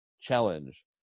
challenge